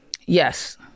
Yes